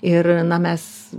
ir na mes